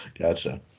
Gotcha